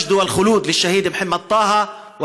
(אומר בערבית: השהיד מוחמד טאהא הוא שהיד.